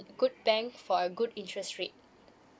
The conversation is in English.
good bank for a good interest rate